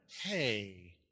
Hey